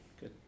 good